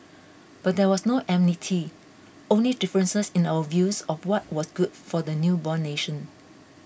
but there was no enmity only differences in our views of what was good for the newborn nation